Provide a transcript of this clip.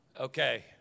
Okay